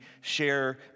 share